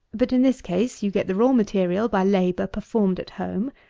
but, in this case, you get the raw material by labour performed at home,